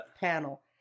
panel